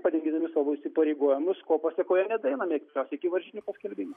padidindami savo įsipareigojimus ko pasėkoje nedaeinam iki tos varžytinių paskelbimo